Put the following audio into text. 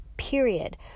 period